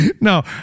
No